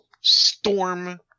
storm